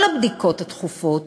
כל הבדיקות הדחופות